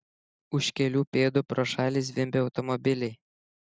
už kelių pėdų pro šalį zvimbė automobiliai